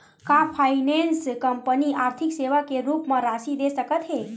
का finance company आर्थिक सेवा के रूप म राशि दे सकत हे?